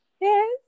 Yes